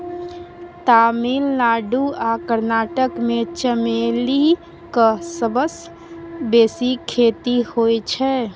तमिलनाडु आ कर्नाटक मे चमेलीक सबसँ बेसी खेती होइ छै